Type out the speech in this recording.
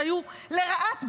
שהיו לרעת בזק,